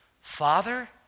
Father